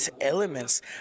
elements